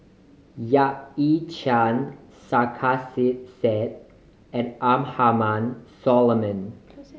Yap Ee Chian Sarkasi Said and Abraham Solomon